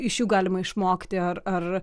iš jų galima išmokti ar ar